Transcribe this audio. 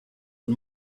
and